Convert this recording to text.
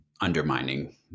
undermining